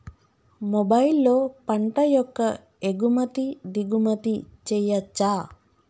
మొబైల్లో పంట యొక్క ఎగుమతి దిగుమతి చెయ్యచ్చా?